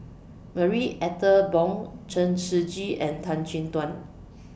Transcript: Marie Ethel Bong Chen Shiji and Tan Chin Tuan